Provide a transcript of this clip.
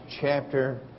chapter